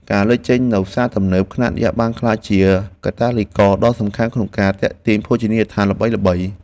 ការលេចចេញនូវផ្សារទំនើបខ្នាតយក្សបានក្លាយជាកាតាលីករដ៏សំខាន់ក្នុងការទាក់ទាញភោជនីយដ្ឋានល្បីៗ។